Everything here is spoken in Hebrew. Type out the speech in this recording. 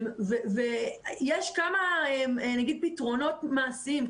יש כמה פתרונות מעשיים.